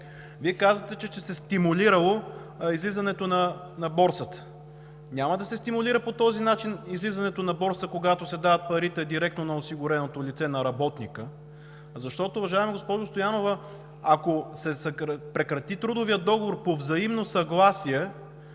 Вие казахте, че ще се стимулира излизането на Борсата. Няма да се стимулира по този начин излизането на Борсата, когато парите се дават директно на осигуреното лице – на работника, защото, уважаема госпожо Стоянова, ако се прекрати трудовият договор по взаимно съгласие,